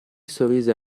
sorrise